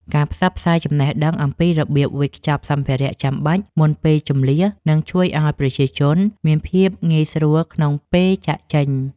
ការផ្សព្វផ្សាយចំណេះដឹងអំពីរបៀបវេចខ្ចប់សម្ភារៈចាំបាច់មុនពេលជម្លៀសនឹងជួយឱ្យប្រជាជនមានភាពងាយស្រួលក្នុងពេលចាកចេញ។